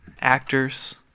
actors